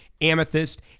Amethyst